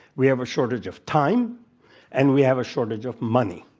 we have a shortage of time and we have a shortage of money.